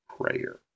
prayer